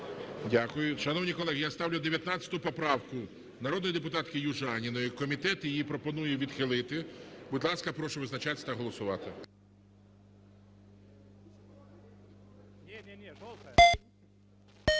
Дякую. Шановні колеги, я ставлю 19 поправку народної депутатки Южінаної. Комітет її пропонує відхилити. Будь ласка, прошу визначатися та голосувати.